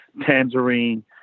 tangerine